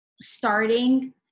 starting